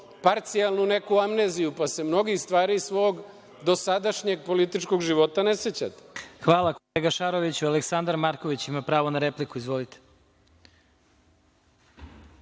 parcijalnu neku amneziju pa se mnogih stvari iz svog dosadašnjeg političkog života ne sećate. **Vladimir Marinković** Hvala, kolega Šaroviću. Aleksandar Marković ima pravo na repliku. Izvolite.